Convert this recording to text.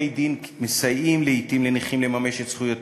החברות למימוש זכויות